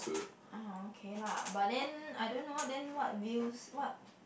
(uh huh) okay lah but then I don't know then what views what